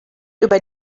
über